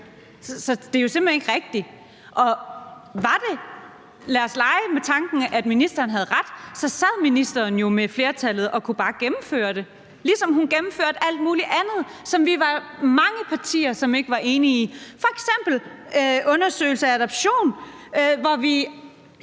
Så det er jo simpelt hen ikke rigtigt. Lad os lege med tanken om, at ministeren havde ret – så sad ministeren jo med flertallet og kunne bare gennemføre det, ligesom hun gennemførte alt muligt andet, som vi var mange partier der ikke var enige i. Der var f.eks. en undersøgelse af adoptioner, hvor alle